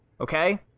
Okay